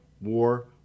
war